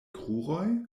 kruroj